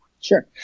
Sure